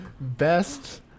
Best